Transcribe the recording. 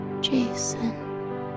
Jason